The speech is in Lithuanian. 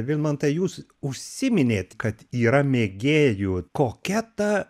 vidmantai jūs užsiminėt kad yra mėgėjų kokia ta